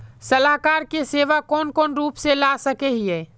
सलाहकार के सेवा कौन कौन रूप में ला सके हिये?